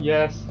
Yes